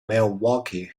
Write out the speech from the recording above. milwaukee